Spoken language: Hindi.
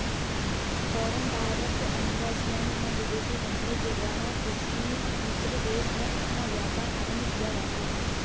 फॉरेन डायरेक्ट इन्वेस्टमेंट में विदेशी कंपनी के द्वारा किसी दूसरे देश में अपना व्यापार आरंभ किया जाता है